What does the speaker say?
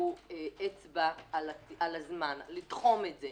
אצבע על הזמן, לתחום את זה.